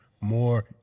more